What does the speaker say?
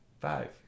Five